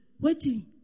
Waiting